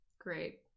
Great